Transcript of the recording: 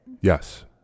Yes